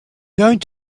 going